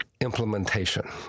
implementation